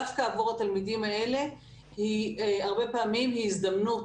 דווקא עבור התלמידים האלה היא הרבה פעמים הזדמנות